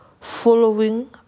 following